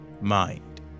mind